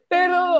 Pero